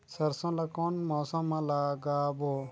सरसो ला कोन मौसम मा लागबो?